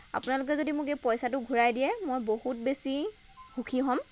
আপোনালোকে যদি মোক এই পইচাটো ঘূৰাই দিয়ে মই বহুত বেছি সুখী হ'ম